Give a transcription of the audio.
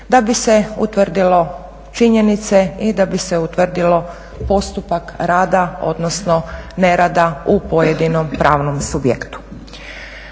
da bi se utvrdilo činjenice i da bi se utvrdilo postupak rada, odnosno nerada u pojedinom pravnom subjektu.